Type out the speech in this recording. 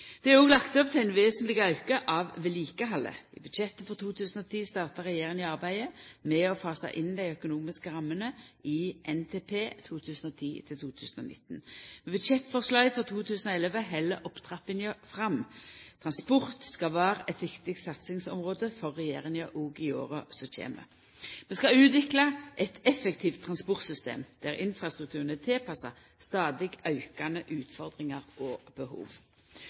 Det er òg lagt opp til ein vesentleg auke av vedlikehaldet. I budsjettet for 2010 starta regjeringa arbeidet med å fasa inn dei økonomiske rammene i Nasjonal transportplan 2010–2019. Med budsjettforslaget for 2011 held opptrappinga fram, og transport skal vera eit viktig satsingsområde for regjeringa òg i åra som kjem. Vi skal utvikla eit effektivt transportsystem, der infrastrukturen er tilpassa stadig aukande utfordringar og behov.